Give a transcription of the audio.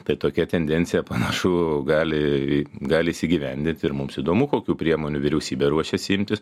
tai tokia tendencija panašu gali gali įsigyvendint ir mums įdomu kokių priemonių vyriausybė ruošiasi imtis